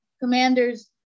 commanders